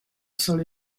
solo